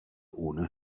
ohne